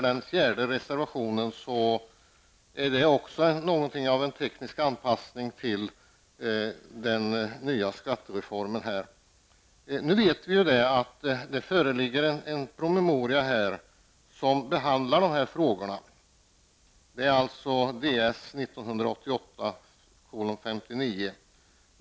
Den fjärde reservationen gäller också ett förslag som är något av en teknisk anpassning till den nya skattereformen. Vi vet att det föreligger en promemoria som behandlar de här frågorna, nämligen DS 1988:59.